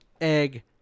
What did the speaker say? Egg